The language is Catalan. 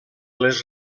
les